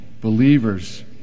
believers